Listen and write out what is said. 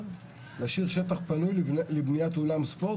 להשאיר שטח פנוי לבניית אולם ספורט,